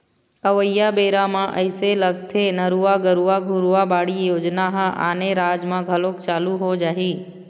अवइया बेरा म अइसे लगथे नरूवा, गरूवा, घुरूवा, बाड़ी योजना ह आने राज म घलोक चालू हो जाही